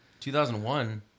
2001